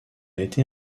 été